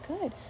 good